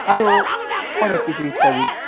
আরও অনেক কিছু ইত্যাদি